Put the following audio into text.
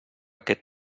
aquest